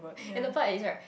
ya